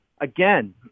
Again